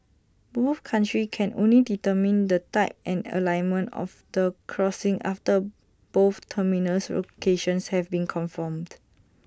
both countries can only determine the type and alignment of the crossing after both terminus locations have been confirmed